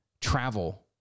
travel